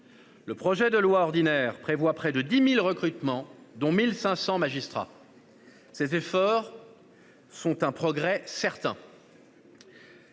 Le projet de loi ordinaire prévoit près de 10 000 recrutements, dont 1 500 magistrats : c'est un progrès certain